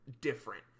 different